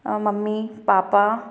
mummy papa